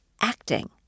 acting